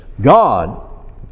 God